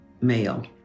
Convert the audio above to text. male